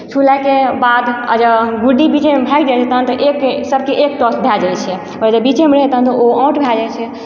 छुलाके बाद आज गुड्डीके बीचमे भागि जाइ छै तहन तऽ एक सभके एक टॉस भए जाइ छै आओर जे बीचेमे रहै तहन तऽ ओ आउट भए जाइ छै